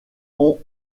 ont